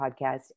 podcast